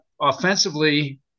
offensively